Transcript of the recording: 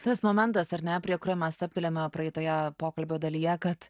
tas momentas ar ne prie kurio mes stabtelėjome praeitoje pokalbio dalyje kad